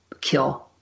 kill